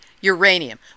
uranium